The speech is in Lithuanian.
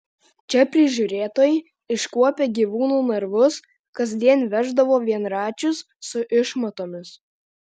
čia prižiūrėtojai iškuopę gyvūnų narvus kasdien veždavo vienračius su išmatomis